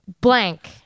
Blank